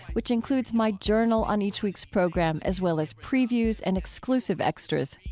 which includes my journal on each week's program, as well as previews and exclusives extras.